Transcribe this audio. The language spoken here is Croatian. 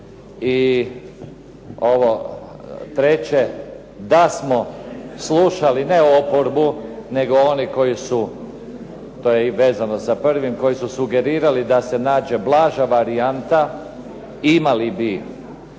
I ovo treće, da smo slušali, ne oporbu, nego one koji su, to je i vezano sa prvim, koji su sugerirali da se nađe blaža varijanta imali bi